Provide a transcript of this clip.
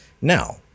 now